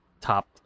top